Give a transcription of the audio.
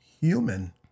human